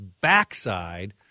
backside